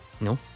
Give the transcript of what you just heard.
No